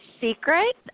secret